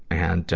and,